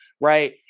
right